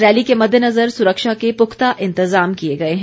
rally के मददेनज़र सुरक्षा के पुख्ता इंतज़ाम किए गए हैं